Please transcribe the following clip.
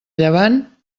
llevant